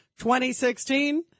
2016